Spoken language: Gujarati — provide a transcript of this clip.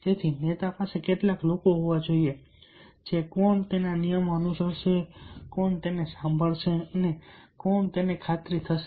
તેથી નેતા પાસે કેટલાક લોકો હોવા જ જોઈએ કોણ અનુસરશે કોણ સાંભળશે અને કોને ખાતરી થશે